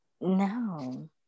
No